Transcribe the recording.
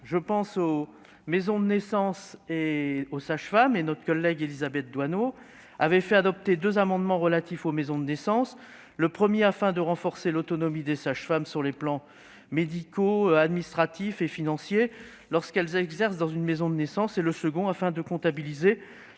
encore aux maisons de naissance et aux sages-femmes. Notre collègue Élisabeth Doineau avait fait adopter deux amendements relatifs aux maisons de naissance. Le premier visait à renforcer l'autonomie des sages-femmes dans les domaines médicaux, administratifs et financiers lorsqu'elles exercent dans une maison de naissance ; le second, à comptabiliser